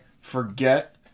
forget